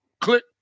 Click